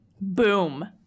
Boom